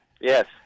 Yes